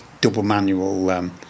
double-manual